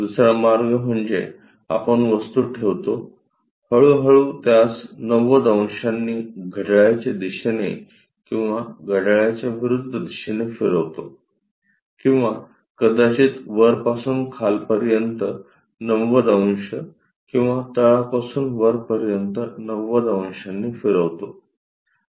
दुसरा मार्ग म्हणजे आपण वस्तू ठेवतो हळू हळू त्यास 90 अंशांनी घड्याळाच्या दिशेने किंवा घड्याळाच्या विरुद्ध दिशेने फिरवतो किंवा कदाचित वरपासून खालपर्यंत 90 अंश किंवा तळापासून वर पर्यंत 90 अंशांनी फिरवतो